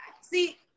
See